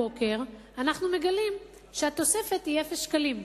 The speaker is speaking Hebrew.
הבוקר אנחנו מגלים שהתוספת היא אפס שקלים.